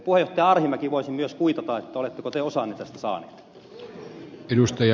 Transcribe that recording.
puheenjohtaja arhinmäki voisin myös kuitata oletteko te osanne tästä saaneet